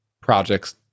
projects